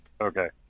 Okay